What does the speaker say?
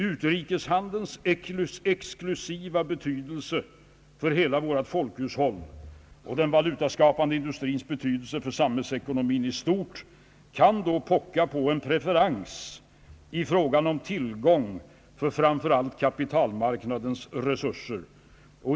Utrikeshandelns exklusiva betydelse för hela vårt folkhushåll och den valutaskapande industrins betydelse för samhällsekonomin i stort kan då pocka på en preferens i fråga om tillgång för framför allt kapitalmarknadens resurser.